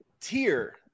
tier